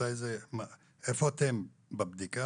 איפה אתם בבדיקה?